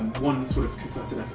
one sort of concerted